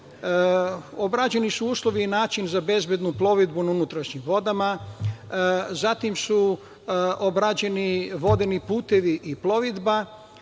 Obrađeni su uslovi i način za bezbednu plovidbu na unutrašnjim vodama, zatim su obrađeni vodeni putevi i plovidba,